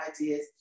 ideas